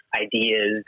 ideas